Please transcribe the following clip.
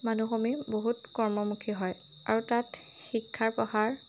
মানুহসমূহ বহুত কৰ্মমুখী হয় আৰু তাত শিক্ষাৰ প্ৰসাৰ